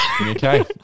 Okay